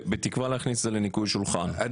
בתקווה להכניס את זה לניקוי שולחן כי